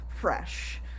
fresh